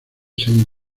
saint